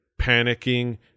panicking